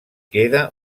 queda